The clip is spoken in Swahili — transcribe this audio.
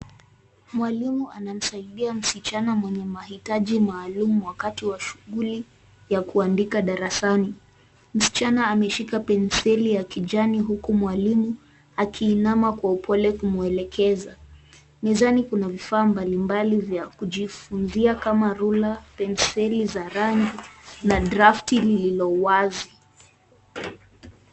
Mwalimu anamsaidia msichana mwenye mahitaji maalum wakati wa shughuli wa kuandika darasani. Msichana ameshika penseli ya kijani huku mwalimu akiinama kwa upole kumwelekeza mezani kuna aina mbalimbali za kujifunzia kama rula penseli za rangi na drafti lililowazi.